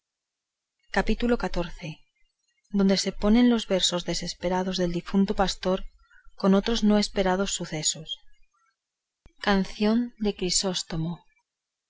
capítulo xiv donde se ponen los versos desesperados del difunto pastor con otros no esperados sucesos canción de grisóstomo